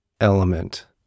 element